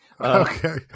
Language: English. Okay